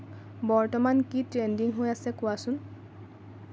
বৰ্তমান কি ট্ৰেণ্ডিং হৈ আছে কোৱাচোন